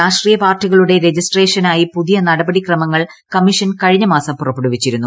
രാഷ്ട്രീയ പാർട്ടികളുടെ രജിസ്ട്രേഷ്ടനായി പുതിയ നടപടി ക്രമങ്ങൾ കമ്മീഷൻ കഴിഞ്ഞ മാസം പുറപ്പെട്ടുവിച്ചിരുന്നു